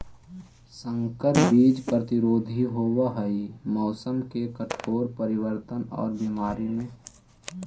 संकर बीज प्रतिरोधी होव हई मौसम के कठोर परिवर्तन और बीमारी में